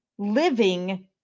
Living